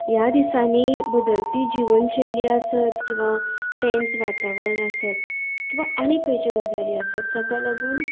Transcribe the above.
ह्या दिसांनी बदतली जिवन शैली आसत किंवां टेन्स वातावरण आसत किंवां आनी खंयचे गजाली आसत जाका लागून